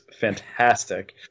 fantastic